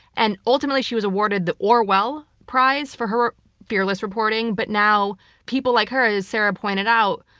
and ultimately, she was awarded the orwell prize for her fearless reporting, but now people like her, as sarah pointed out,